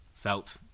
felt